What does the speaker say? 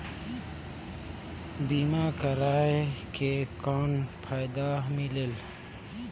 बीमा करवाय के कौन फाइदा मिलेल?